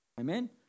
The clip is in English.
Amen